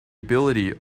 ability